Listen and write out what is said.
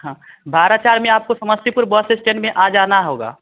हाँ बारा चार में आपको समस्तीपुर बस स्टैंड में आ जाना होगा